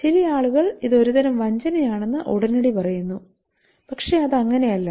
ചില ആളുകൾ ഇത് ഒരു തരം വഞ്ചനയാണെന്ന് ഉടനടി പറയുന്നു പക്ഷേ അത് അങ്ങനെയല്ല